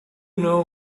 know